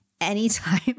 anytime